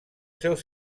seus